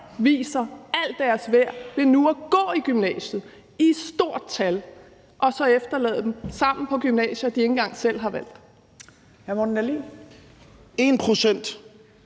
viser al deres værd ved nu at gå i gymnasiet i stort tal, og så efterlade dem sammen på gymnasier, de ikke engang selv har valgt.